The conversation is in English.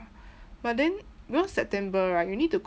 but then because september right you need to